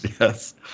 yes